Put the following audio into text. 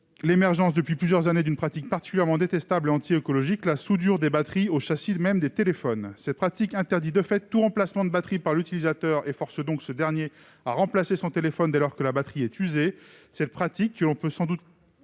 l'émergence, depuis plusieurs années, d'une pratique particulièrement détestable et anti-écologique : la soudure des batteries au châssis même des téléphones, qui interdit de fait tout remplacement de batterie par l'utilisateur et force donc ce dernier à remplacer son téléphone dès lors qu'elle est usée. Cette pratique, que l'on peut sans aucun